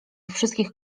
wszystkich